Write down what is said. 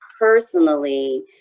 personally